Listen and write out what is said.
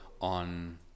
on